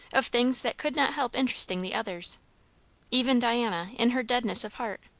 of things that could not help interesting the others even diana in her deadness of heart,